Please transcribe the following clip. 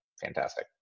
fantastic